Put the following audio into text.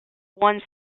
won